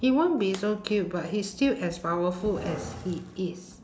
he won't be so cute but he is still as powerful as he is